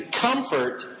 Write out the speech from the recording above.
comfort